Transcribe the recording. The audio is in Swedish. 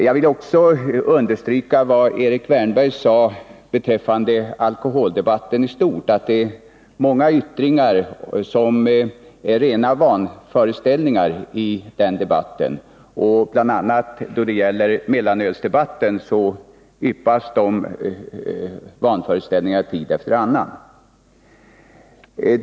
Jag vill också understryka vad Erik Wärnberg sade beträffande alkoholdebatten i stort. Det är många yttringar i denna debatt som är rena vanföreställningar. I bl.a. mellanölsdebatten yppas dessa vanföreställningar tid efter annan.